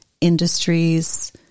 industries